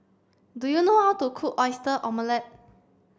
do you know how to cook Oyster Omelette